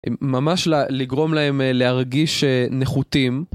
ממש לגרום להם להרגיש נחותים.